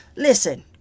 Listen